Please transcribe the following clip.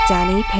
Danny